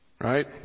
Right